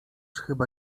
chyba